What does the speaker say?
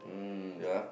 um yeah